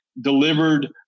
delivered